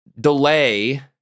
delay